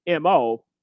MO